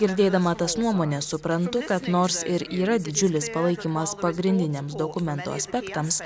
girdėdama tas nuomones suprantu kad nors ir yra didžiulis palaikymas pagrindiniams dokumento aspektams